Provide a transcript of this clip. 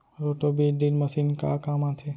Roto बीज drill machine का काम आथे?